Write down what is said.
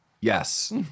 Yes